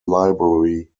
library